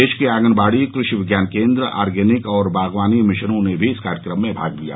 देश के आंगनबाड़ी कृषि विज्ञान केन्द्र ऑर्गेनिक और बागवानी मिशनों ने भी इस कार्यक्रम में भाग लिया